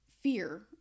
fear